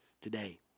today